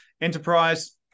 Enterprise